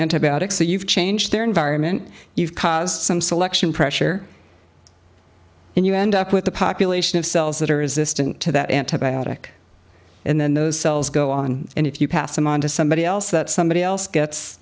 antibiotics that you've changed their environment you've caused some selection pressure and you end up with a population of cells that are resistant to that antibiotic and then those cells go on and if you pass them on to somebody else that somebody else gets